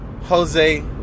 Jose